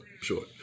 sure